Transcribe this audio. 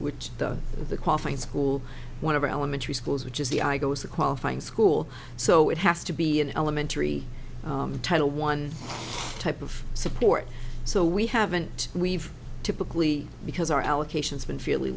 which does the qualifying school one of our elementary schools which is the i go is the qualifying school so it has to be an elementary title one type of support so we haven't we've typically because our allocations been fairly